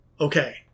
okay